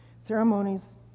Ceremonies